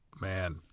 Man